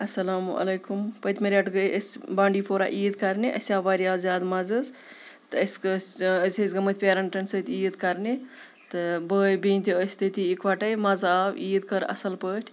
اَسَلامُ علیکُم پٔتمہِ رٮ۪ٹہٕ گٔے اسۍ بانڈی پورہ عیٖد کَرنہِ اَسہِ آو واریاہ زیادٕ مَزٕ حظ تہٕ اسہِ گٔژھ أسۍ ٲسۍ گٔمٕتۍ پیرَنٛٹَن سۭتۍ عیٖد کَرنہِ تہٕ بٲے بیٚنہِ تہِ ٲسۍ تٔتی اِکوَٹَے مَزٕ آو عیٖد کٔر اَصٕل پٲٹھۍ